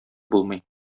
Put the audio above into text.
булмый